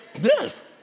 Yes